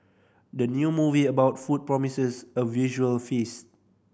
the new movie about food promises a visual feast